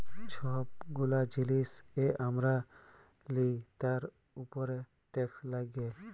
ছব গুলা জিলিস যে আমরা লিই তার উপরে টেকস লাগ্যে